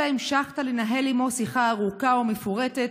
אלא המשכת לנהל עמו שיחה ארוכה ומפורטת